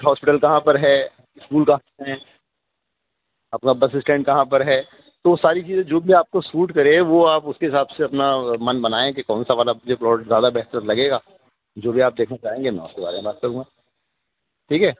hospital کہاں پر ہے اسکول کہاں ہیں اپنا بس اسٹینڈ کہاں پر ہے تو ساری چیزیں جو بھی آپ کو سوٹ کرے وہ آپ اس کے حساب سے اپنا من بنائیں کہ کون سا والا مجھے پلاٹ زیادہ بہتر لگے گا جو بھی آپ دیکھنا چاہیں گے میں اس کے بارے میں بات کروں گا ٹھیک ہے